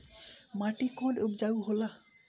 माटी कौन उपजाऊ होला?